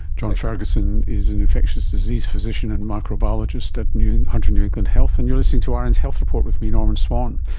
john ferguson is an infectious disease physician and microbiologist at hunter new england health. and you're listening to um rn's health report with me, norman swan.